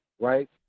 right